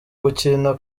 gukina